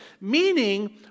meaning